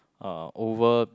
uh over